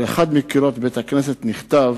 על אחד מקירות בית-הכנסת נכתב: